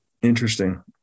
Interesting